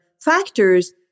factors